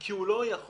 כי הוא לא יכול,